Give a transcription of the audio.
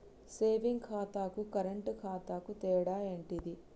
Saving ఖాతాకు current ఖాతాకు తేడా ఏంటిది?